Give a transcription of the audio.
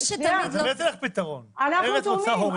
מי שתמיד תרם ---- אנחנו תורמים.